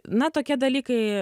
na tokie dalykai